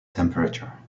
temperature